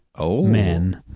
men